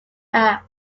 act